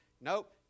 Nope